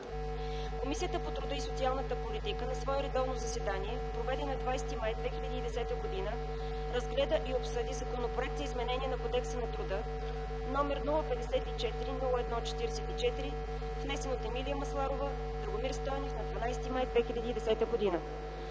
Комисията по труда и социалната политика на свое редовно заседание, проведено на 20 май 2010 г., разгледа и обсъди Законопроект за изменение на Кодекса на труда, № 054-01-44, внесен от Емилия Масларова и Драгомир Стойнев на 12 май 2010 г.